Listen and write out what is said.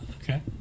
Okay